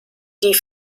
die